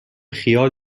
خیال